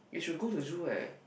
you should go to zoo right